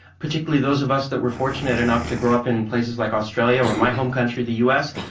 particularly those of us that were fortunate enough to grow up in places like australia, or my home country the us,